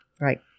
Right